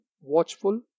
watchful